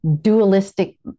dualistic